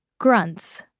grunts,